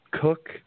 Cook